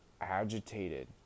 agitated